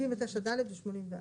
79 ד' ו-84.